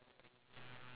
ya